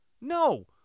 No